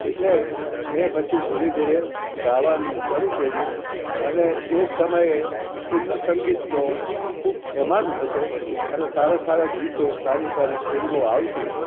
એટલે મેં પછી ધીરે ધીરે ગાવાનું શરુ કર્યું અને એ સમયે ફિલ્મ સંગીતનો ખૂબ જમાનો હતો અને સારા સારા ગીતો સારી સારી ફિલ્મો આવતી